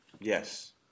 yes